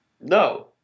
No